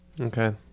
Okay